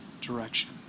direction